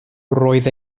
roedd